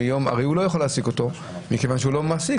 הרי הוא לא יכול להעסיק אותו מכיוון שהוא לא מעסיק,